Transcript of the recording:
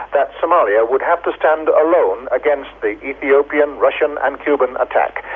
that somalia would have to stand alone against the ethiopian, russian and cuban attack,